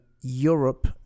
Europe